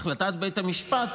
החלטת בית המשפט,